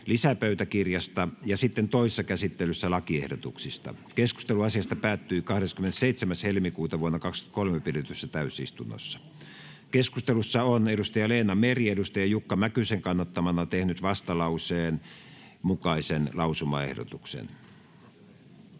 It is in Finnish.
lisäpöytäkirjasta ja sitten toisessa käsittelyssä lakiehdotuksista. Keskustelu asiasta päättyi 27.2.2023 pidetyssä täysistunnossa. Keskustelussa on Leena Meri Jukka Mäkysen kannattamana tehnyt vastalauseen mukaisen lausumaehdotuksen.